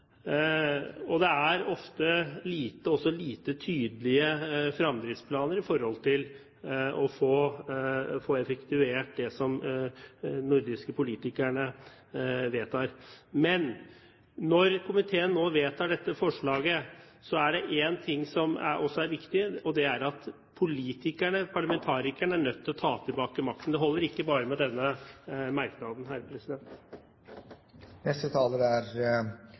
Det er også ofte lite tydelige fremdriftsplaner i forhold til å få effektuert det som de nordiske politikerne vedtar. Men når komiteen nå vedtar dette forslaget, er det én ting som også er viktig, og det er at politikerne, parlamentarikerne, er nødt til å ta tilbake makten. Det holder ikke bare med denne merknaden. Jeg føler jeg tilhører en slags «silent majority» – vi som er